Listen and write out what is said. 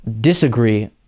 disagree